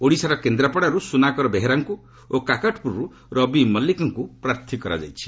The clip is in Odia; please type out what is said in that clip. ଓଡ଼ିଶାର କେନ୍ଦ୍ରାପଡ଼ାରୁ ସୁନାକାର ବେହେରାଙ୍କୁ ଓ କାକଟପୁରରୁ ରବି ମଲ୍ଲିକଙ୍କୁ ପ୍ରାର୍ଥୀ କରାଯାଇଛି